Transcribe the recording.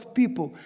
people